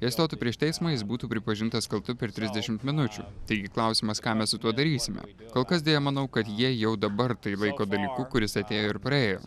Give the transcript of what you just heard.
jei stotų prieš teismą jis būtų pripažintas kaltu per trisdešimt minučių taigi klausimas ką mes su tuo darysime kol kas deja manau kad jie jau dabar tai laiko dalyku kuris atėjo ir praėjo